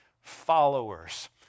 Followers